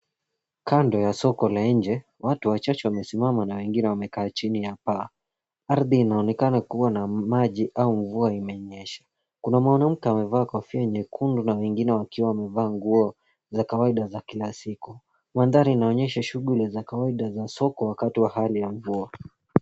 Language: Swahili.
Kando ya soko na nje, watu wachache wamesimama na wengine wamekaa chini ya paa. Ardhi inaonekana kuwa na maji au mvua imenyesha. Kuna mwanamke ambaye amevaa kofia nyekundu na mwingine akiwa amevaa nguo za kawaida za kila siku. Mandhari inaonyesha shughuli za soko wakati wa hali ya mvua.